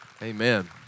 Amen